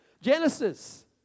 Genesis